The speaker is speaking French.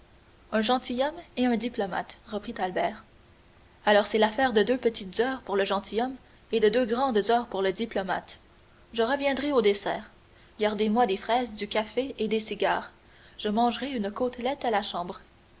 un gentilhomme et un diplomate reprit albert alors c'est l'affaire de deux petites heures pour le gentilhomme et de deux grandes heures pour le diplomate je reviendrai au dessert gardez-moi des fraises du café et des cigares je mangerai une côtelette à la chambre